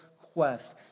quest